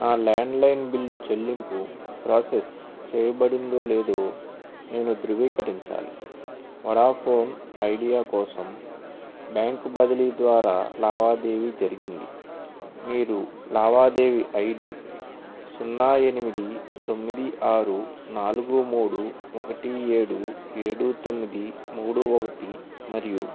నా landline bill చెల్లింపు process చేయబడిందో లేదో నేను ధృవీకరించాలి వొడాఫోన్ ఐడియా కోసం బ్యాంకు బదిలీ ద్వారా లావాదేవీ జరిగింది మీరు లావాదేవీ ఐ డీ సున్నా ఎనిమిది తొమ్మిది ఆరు నాలుగు మూడు ఒకటి ఏడు ఏడు తొమ్మిది మూడు ఒకటి మరియు